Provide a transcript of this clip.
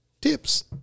tips